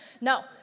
no